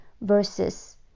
versus